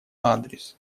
адрес